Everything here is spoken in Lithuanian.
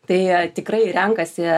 tai tikrai renkasi